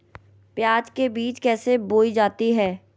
प्याज के बीज कैसे बोई जाती हैं?